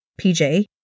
PJ